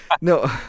No